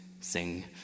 sing